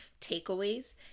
takeaways